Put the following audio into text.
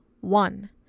One